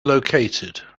located